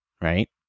right